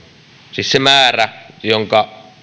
siis se määrä jonka